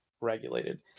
regulated